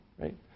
right